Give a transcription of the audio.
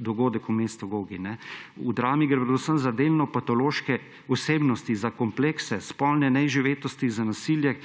Dogodek v mestu Gogi. V drami gre predvsem za delno patološke osebnosti, za komplekse, spolne neizživetosti, za nasilje,